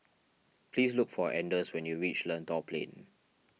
please look for anders when you reach Lentor Plain